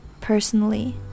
personally